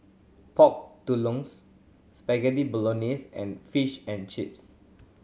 Pork Spaghetti Bolognese and Fish and Chips